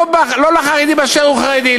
לא לחרדי באשר הוא חרדי,